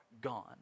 gone